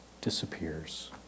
Disappears